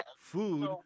Food